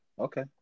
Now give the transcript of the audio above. Okay